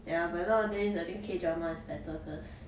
ya but nowadays I think K drama is better cause